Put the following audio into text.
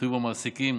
חיוב המעסיקים